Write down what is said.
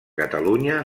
catalunya